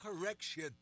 correction